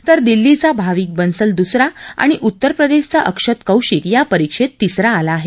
तर दिल्लीचा भाविक बन्सल दुसरा आणि उत्तर प्रदेशचा अक्षत कौशिक या परीक्षेत तिसरा आला आहे